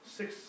six